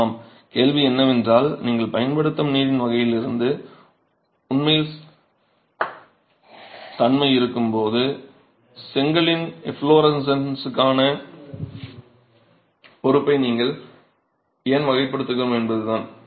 ஆமாம் கேள்வி என்னவென்றால் நீங்கள் பயன்படுத்தும் நீரின் வகையிலிருந்து உண்மையில் தன்மை இருக்கும்போது செங்கலின் எஃப்லோரசன்ஸுக்கான பொறுப்பை நாங்கள் ஏன் வகைப்படுத்துகிறோம் என்பதுதான்